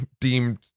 deemed